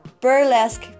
burlesque